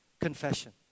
Confession